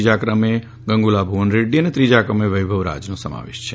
બીજા ક્રમે ગંગુલા ભુવનરેક્રી અને ત્રીજા ક્રમે વૈભવ રાજનો સમાવેશ થયો છે